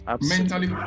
mentally